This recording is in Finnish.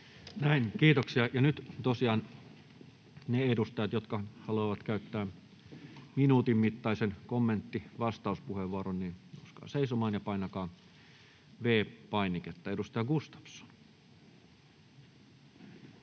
kiitoksia. — Ja nyt tosiaan ne edustajat, jotka haluavat käyttää minuutin mittaisen kommenttivastauspuheenvuoron, nouskaa seisomaan ja painakaa V-painiketta. — Edustaja Gustafsson.